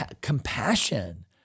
compassion